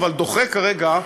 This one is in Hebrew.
אבל דוחה כרגע,